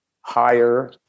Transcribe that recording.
higher